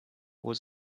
was